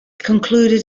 concluded